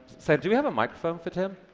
so do we have a microphone for tim?